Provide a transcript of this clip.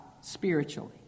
spiritually